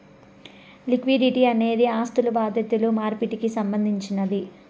liquidity అనేది ఆస్థులు బాధ్యతలు మార్పిడికి సంబంధించినది